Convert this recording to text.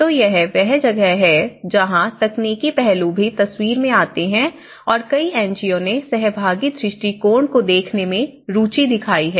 तो यह वह जगह है जहां तकनीकी पहलू भी तस्वीर में आते हैं और कई एनजीओ ने सहभागी दृष्टिकोण को देखने में रुचि दिखाई है